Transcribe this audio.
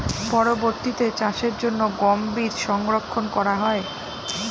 পরবর্তিতে চাষের জন্য গম বীজ সংরক্ষন করা হয়?